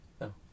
No